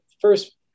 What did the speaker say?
first